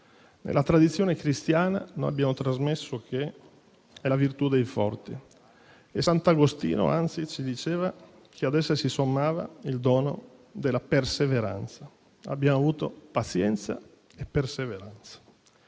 La tradizione cristiana ci ha trasmesso che è la virtù dei forti e, anzi, sant'Agostino diceva che ad essa si sommava il dono della perseveranza. Noi abbiamo avuto pazienza e perseveranza.